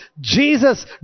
Jesus